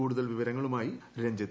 കൂടുതൽ വിവരങ്ങളുമായി രജ്ഞിത്